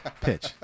pitch